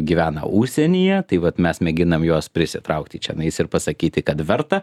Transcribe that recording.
gyvena užsienyje tai vat mes mėginam juos prisitraukti čionais ir pasakyti kad verta